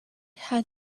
had